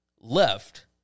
left